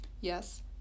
Yes